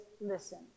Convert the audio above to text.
listen